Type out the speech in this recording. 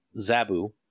Zabu